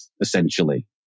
essentially